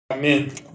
Amen